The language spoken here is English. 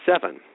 seven